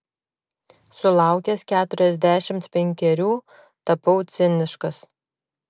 sulaukęs keturiasdešimt penkerių tapau ciniškas